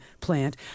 plant